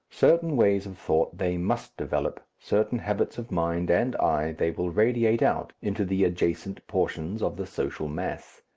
certain ways of thought they must develop, certain habits of mind and eye they will radiate out into the adjacent portions of the social mass.